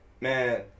Man